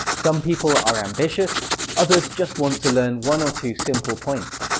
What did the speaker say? some people are ambitious others just want to learn one or two simple points.